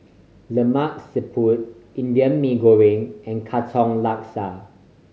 Lemak Siput Indian Mee Goreng and Katong Laksa